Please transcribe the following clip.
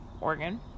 oregon